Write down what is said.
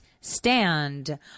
stand